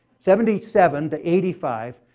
seventy seven to eighty five,